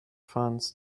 funds